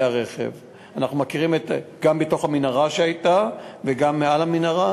הרכב גם בתוך המנהרה שהייתה וגם מעל המנהרה,